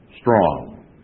strong